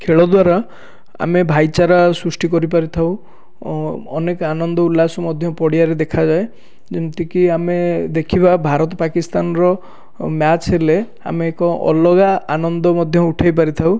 ଖେଳ ଦ୍ଵାରା ଆମେ ଭାଇଚାରା ସୃଷ୍ଟି କରି ପାରିଥାଉ ଅନେକ ଆନନ୍ଦ ଉଲ୍ଲାସ ମଧ୍ୟ ପଡ଼ିଆରେ ଦେଖାଯାଏ ଯେମିତିକି ଆମେ ଦେଖିବା ଭାରତ ପାକିସ୍ତାନର ମ୍ୟାଚ ହେଲେ ଆମେ ଏକ ଅଲଗା ଆନନ୍ଦ ମଧ୍ୟ ଉଠାଇପାରିଥାଉ